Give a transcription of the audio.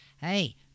hey